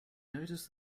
notice